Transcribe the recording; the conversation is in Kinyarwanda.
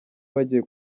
bagiye